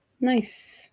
Nice